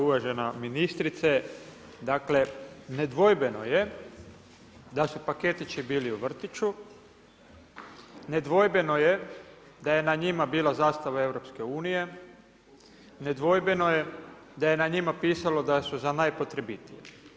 Uvažena ministrice, dakle, nedvojbeno je da su paketići bili u vrtiću, nedvojbeno je da je na njima bila zastava EU, nedvojbeno je da je na njima pisalo da su za najpotrebitije.